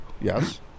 Yes